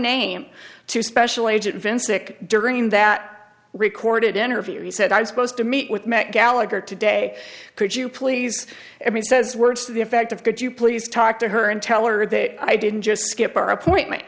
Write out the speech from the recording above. name to special agent vincent during that recorded interview he said i'm supposed to meet with matt gallagher today could you please every says words to the effect of could you please talk to her and tell her that i didn't just skip our appointment